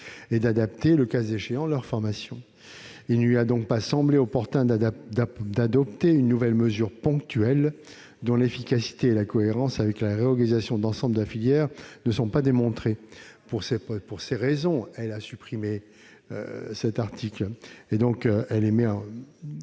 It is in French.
-et d'adapter le cas échéant leur formation. Il ne lui a donc pas semblé opportun d'adopter une nouvelle mesure ponctuelle, dont l'efficacité et la cohérence avec la réorganisation d'ensemble de la filière ne sont pas démontrées. Pour ces raisons, elle a supprimé l'article 7 C. Logiquement, elle émet un